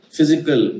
Physical